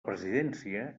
presidència